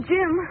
Jim